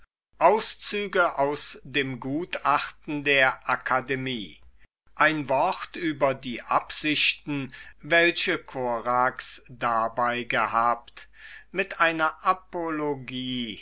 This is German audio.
auszüge aus dem gutachten der akademie ein wort über die absichten welche korax dabei gehabt mit einer apologie